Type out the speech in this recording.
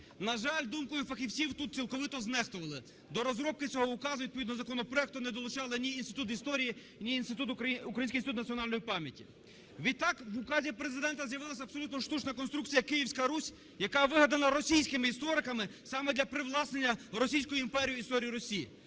На жаль, думкою фахівців тут цілковито знехтували, до розробки цього указу відповідно до законопроекту не долучали ні Інститут історії, ні Український інститут національної пам'яті. Відтак в указі Президента з'явилася абсолютно штучна конструкція Київська Русь, яка вигадана російськими істориками саме для привласнення Російською імперією історії Русі.